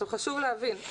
חשוב להבין,